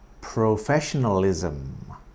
professionalism